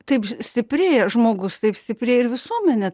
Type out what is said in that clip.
taip stiprėja žmogus taip stiprėja ir visuomenė